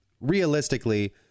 realistically